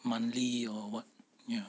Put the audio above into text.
monthly or what ya